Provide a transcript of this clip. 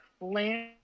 land